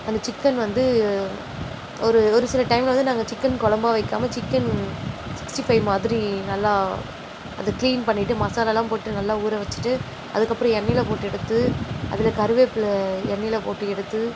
அந்த சிக்கன் வந்து ஒரு ஒரு சில டைமில் வந்து நாங்கள் சிக்கன் குழம்பா வைக்காமல் சிக்கன் சிக்ஸ்டி ஃபைவ் மாதிரி நல்லா அது கிளீன் பண்ணிவிட்டு மசாலாவெலாம் போட்டு நல்லா ஊற வச்சிட்டு அதுக்கப்புறம் எண்ணெயில் போட்டு எடுத்து அதில் கருவேப்பிலை எண்ணெயில் போட்டு எடுத்து